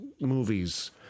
movies